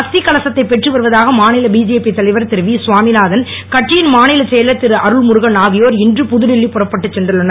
அஸ்தி கலசத்தை பெற்று வருவதாக மாநில பிஜேபி தலைவர் திரு வி சுவாமிநாதன் கட்சியின் மாநிலச் செயலர் திரு அருள்முருகன் ஆகியோர் இன்று புதுடெல்லி புறப்பட்டுச் சென்றுள்ளனர்